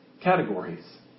categories